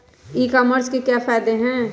ई commerce के क्या फायदे हैं?